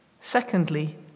Secondly